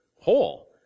Whole